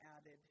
added